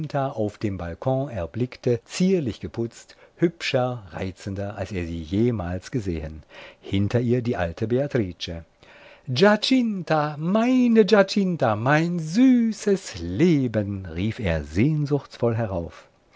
auf dem balkon erblickte zierlich geputzt hübscher reizender als er sie jemals gesehen hinter ihr die alte beatrice giacinta meine giacinta mein süßes leben rief er sehnsuchtsvoll herauf